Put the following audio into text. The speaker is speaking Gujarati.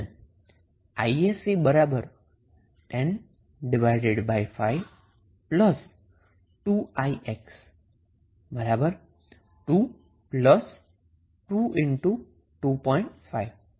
તો તમને isc 105 2ix 2 22